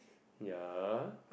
ya